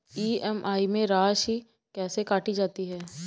EMI में राशि कैसे काटी जाती है?